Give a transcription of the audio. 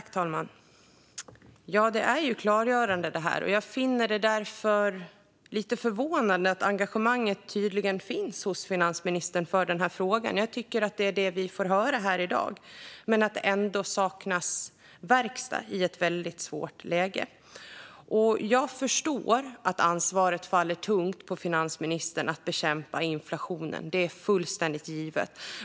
Herr talman! Detta är klargörande. Jag finner det lite förvånande att engagemanget för frågan tydligen finns hos finansministern. Det får vi höra här i dag. Ändå saknas det verkstad i ett väldigt svårt läge. Jag förstår att ansvaret faller tungt på finansministern att bekämpa inflationen. Det är fullständigt givet.